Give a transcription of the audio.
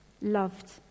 loved